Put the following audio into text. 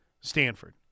Stanford